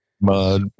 Mud